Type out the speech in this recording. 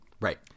Right